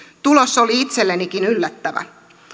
tulos oli itsellenikin yllättävä